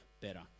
better